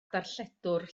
darlledwr